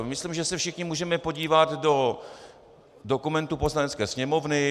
Myslím, že se všichni můžeme podívat do dokumentů Poslanecké sněmovny.